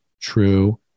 true